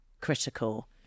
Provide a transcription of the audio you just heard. critical